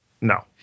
No